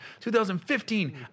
2015